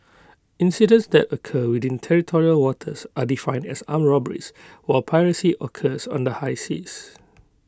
incidents that occur within territorial waters are defined as armed robberies while piracy occurs on the high seas